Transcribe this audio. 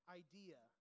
idea